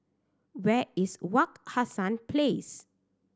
where is Wak Hassan Place